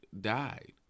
died